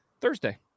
Thursday